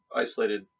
isolated